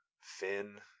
Finn